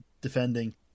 defending